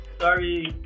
sorry